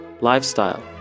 Lifestyle